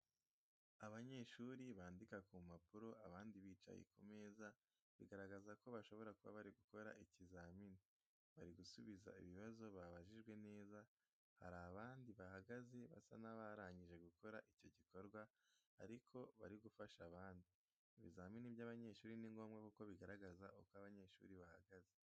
Abanyeshuri bandika ku mpapuro, abandi bicaye ku meza, bigaragaza ko bashobora kuba bari gukora ikizamini. Bari gusubiza ibibazo babajijwe neza. Hari abandi bahagaze, basa n'abarangije gukora icyo gikorwa ariko bari gufasha abandi. Ibizamini by’abanyeshuri ni ngombwa kuko bigaragaza uko abanyeshuri bahagaze.